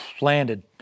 landed